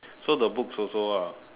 so the books also ah